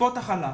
טיפות החלב,